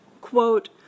quote